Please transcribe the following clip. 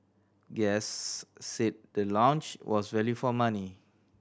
guests said the lounge was value for money